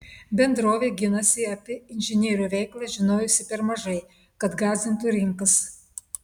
bendrovė ginasi apie inžinierių veiklą žinojusi per mažai kad gąsdintų rinkas